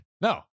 No